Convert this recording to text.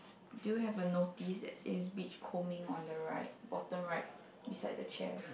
do you have a notice that say beachcombing on the right bottom right beside the chair